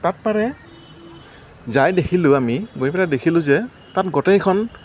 তাত পাৰে যাই দেখিলোঁ আমি গৈ পেলাই দেখিলোঁ যে তাত গোটেইখন